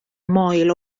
moel